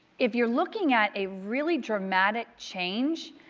if you are looking at a really dramatic change,